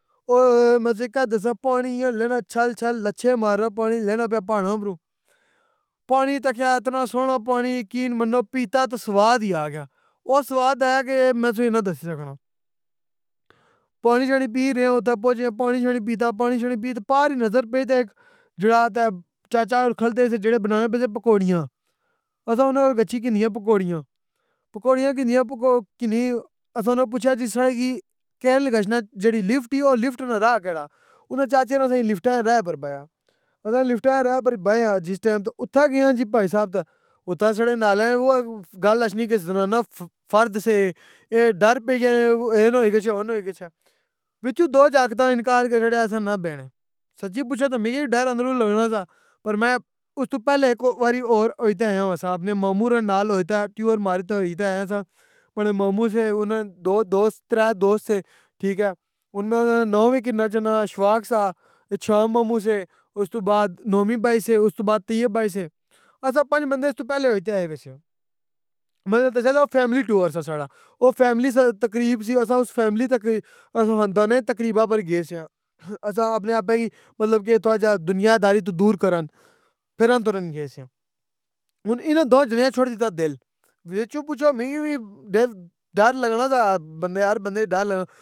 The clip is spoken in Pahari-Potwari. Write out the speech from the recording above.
اوئے ہوئے میں تُوسا کے دساں پانی او لہراں چھل چھل لچھے مارنا پانی لہنا پیا پہاڑاں اوپروں، پانی تخیّا اتنا سوہنرڑا پانی یقین منو پیتا تے سواد ہی آگیا، او سواد آیا کے مین تُوسا کی نئی دَس سگنا۔ پانی شانی پی ریاں اتھے پہنچے آں پانی شانی پیتا پار ہی نظر پائی طے ہِیک جہرڑآ اکھدے آ چاچا اوری کھلتے سی جُہڑے بننے پئے سی پکوریاں۔ آساں اُونا کولوں گشی گھنی اں پکوڑیاں۔ پکوڑیاں گھنیاں آساں انا کولوں پوچھیا جس طرح کی جہری لفٹ اے لفٹ اوراں نا راہ کیہڑا۔ انا چاچا اوری لفٹاں نا راہ کہڑا اُونا چاچا نے لفٹاں نا راہ تر پائے آں ۔ آسان لفٹاں آلے راہے تے بائے آں جس ٹائم تے اتھاں گئے آں بھائی صاحب اتھے ساڈے نال آئے اوہا گل اشنی کے زنانہ فرد سے اے ڈر پائی سی کے اے نا ہوئی گاشیا او نا ہوئی گاشیا ، وچوں دو جاکتاں انکار کری چوڑیا آساں نا بیہڑاں اے۔ سچی پوچھو تا مجھ وی ڈر اندروں لگنا سا ، پر میں اس توں پہلے ایک واری ہور اِتھےآئے ہُوسن اپنے مامُو اوری نال ماڑے مامو سے اُونا دو دوست ترے دوست سے ، ٹھیک ہے، اُنا نا ناں وی گِھنّانا چونا اِشفاق سا ، احتشام مامو سے ، اور اس توں باد نومی بھائی سے طیب بھائی سے آسان پنج بندے اس توں پہلے ہوئی کے آئے ہوئے سے ۔ میں تُوسا دساں او فیملی ٹور سا ساڈا ، او فیملی سی تقریب سی آسان اس فیملی دی تقریبا تے گئے سیاں ۔ آساں اپنے آپ بھائی کہ مطلب کے دنیا داری تو دور کرن پھرن تُرن گئے سے ۔ ہون اینا دوییں جنڑیاں چھوڑ دیتا دل، میرے تو پوچھو میرے دل ڈر لگنا سا ، بندے ہر بندے آں ڈر لگنا